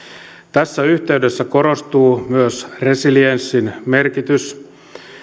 tässä yhteydessä korostuu myös resilienssin merkitys